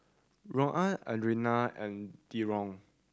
Louann Adrianne and Deron